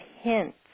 hints